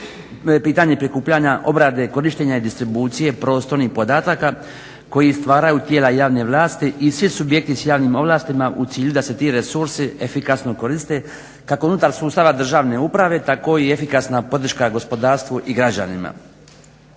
pitanje prikupljanja obrade i korištenja distribucije prostornih podataka koji stvaraju tijela javne vlasti i svi subjekti s javnim ovlastima u cilju da se ti resursi efikasno koriste kako unutar sustava državne uprave tako i efikasna podrška gospodarstvu i građanima.